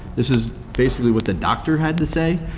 this is basically what the doctor had to say,